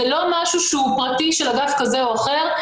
זה לא משהו פרטי של אגף כזה או אחר,